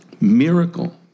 miracle